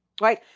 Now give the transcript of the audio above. right